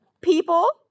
people